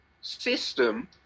system